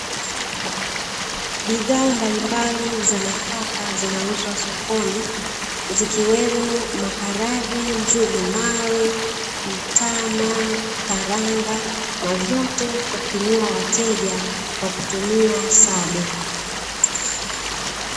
Bidhaa mbalimbali za nafaka zinauzwa sokoni, zikiwemo: maharage, njugu mawe, mtama, karanga na vyote hupimiwa wateja kwa kutumia sado.